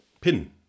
Pin